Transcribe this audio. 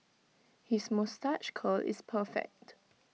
his moustache curl is perfect